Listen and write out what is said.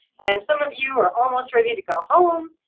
and some of you are almost ready to go home,